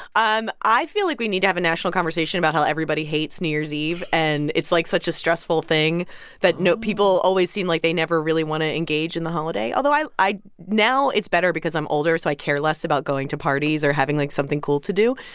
i feel like we need to have a national conversation about how everybody hates new year's eve. and it's like such a stressful thing that people always seem like they never really want to engage in the holiday, although i i now it's better because i'm older, so i care less about going to parties or having like something cool to do.